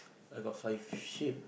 I got fly shape